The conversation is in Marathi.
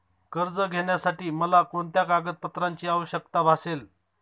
कर्ज घेण्यासाठी मला कोणत्या कागदपत्रांची आवश्यकता भासेल?